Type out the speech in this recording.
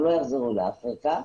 הם לא יחזרו לאפריקה.